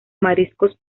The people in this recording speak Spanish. mariscos